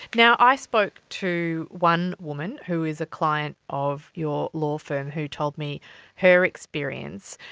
now, i spoke to one woman who is a client of your law firm who told me her experience.